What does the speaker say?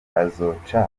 azoca